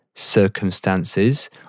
Circumstances